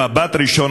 במבט ראשון,